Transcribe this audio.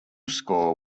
score